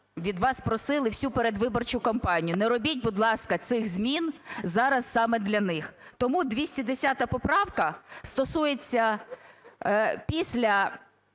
від вас просили всю передвиборчу кампанію. Не робіть, будь ласка, цих змін зараз саме для них. Тому 210 поправка стосується: після